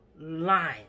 line